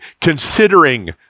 considering